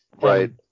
Right